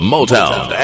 Motown